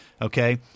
Okay